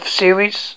series